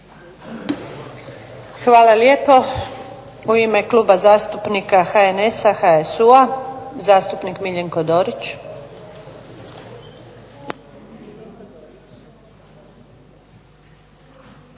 Hvala lijepo. U ime Kluba zastupnika HNS-a, HSU-a, zastupnik Miljenko Dorić.